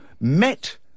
met